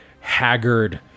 haggard